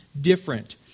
different